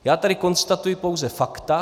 Já tady konstatuji pouze fakta.